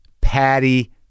Patty